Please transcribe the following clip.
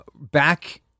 back